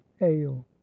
ale